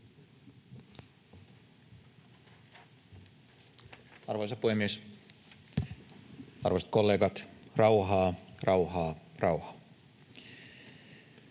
Arvoisa puhemies! Arvoisat kollegat, rauhaa, rauhaa, rauhaa.